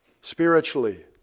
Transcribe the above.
spiritually